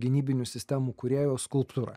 gynybinių sistemų kūrėjo skulptūra